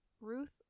Ruth